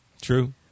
true